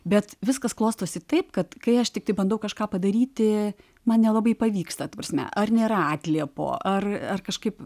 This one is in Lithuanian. bet viskas klostosi taip kad kai aš tiktai bandau kažką padaryti man nelabai pavyksta ta prasme ar nėra atliepo ar ar kažkaip